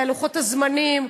ולוחות-הזמנים,